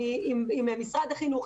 עם משרד החינוך,